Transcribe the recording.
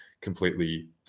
completely